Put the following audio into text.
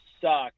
suck